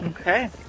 okay